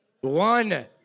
One